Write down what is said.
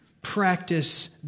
practice